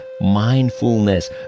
mindfulness